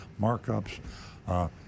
markups